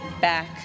back